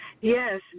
Yes